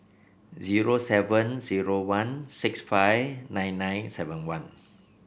zero seven zero one six five nine nine seven one